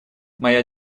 моя